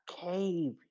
cave